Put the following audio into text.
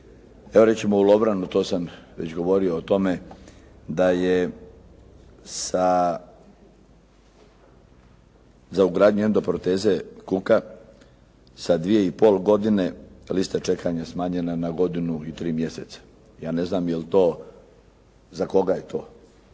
Evo recimo u Lovranu, to sam već govorio o tome da je za ugradnju endoproteze kuka sa 2,5 godine liste čekanja smanjena na godinu i 3 mjeseca. Ja ne znam je li to,